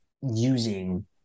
using